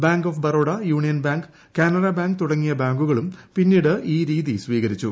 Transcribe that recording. bank of Baroda union bank Canara bank തുടങ്ങിയ ബാങ്കുകളും പിന്നീട് ഈ രീതി സ്വീകരിച്ചു